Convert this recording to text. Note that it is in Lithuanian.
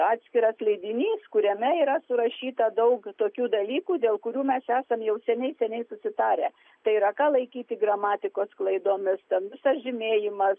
atskiras leidinys kuriame yra surašyta daug tokių dalykų dėl kurių mes esam jau seniai seniai susitarę tai yra ką laikyti gramatikos klaidomis ten visas žymėjimas